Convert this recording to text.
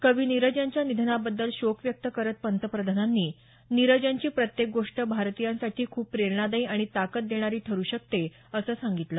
कवी नीरज यांच्या निधनाबद्दल शोक व्यक्त करत पंतप्रधानांनी नीरज यांची प्रत्येक गोष्ट प्रत्येक भारतीयासाठी खूप प्रेरणादायी आणि ताकद देणारी ठरू शकते असं सांगितलं